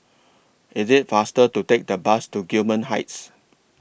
IS IT faster to Take The Bus to Gillman Heights